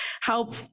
help